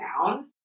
down